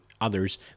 others